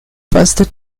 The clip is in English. first